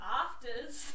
afters